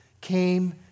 came